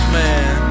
man